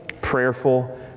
prayerful